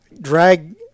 drag